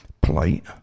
polite